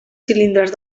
cilindres